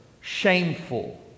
shameful